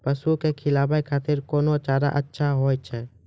पसु के खिलाबै खातिर कोन चारा अच्छा होय छै?